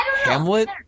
Hamlet